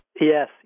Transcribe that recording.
Yes